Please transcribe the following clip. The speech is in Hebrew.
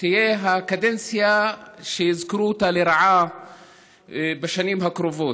תהיה הקדנציה שיזכרו אותה לרעה בשנים הקרובות.